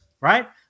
Right